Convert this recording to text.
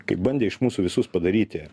kai bandė iš mūsų visus padaryti